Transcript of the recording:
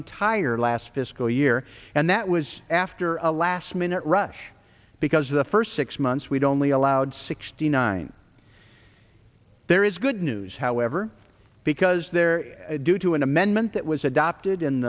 entire last fiscal year and that was after a last minute rush because the first six months we'd only allowed sixty nine there is good news however because there due to an amendment that was adopted